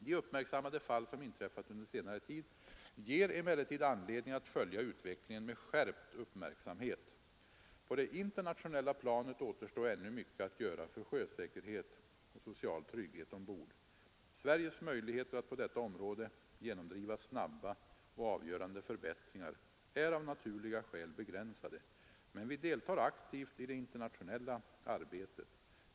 De uppmärksammade fall som inträffat under senare tid ger emellertid anledning att följa utvecklingen med skärpt uppmärksamhet. På det internationella planet återstår ännu mycket att göra för sjösäkerhet och social trygghet ombord. Sveriges möjligheter att på detta område genomdriva snabba och avgörande förbättringar är av naturliga skäl begränsade, men vi deltar aktivt i det internationella arbetet.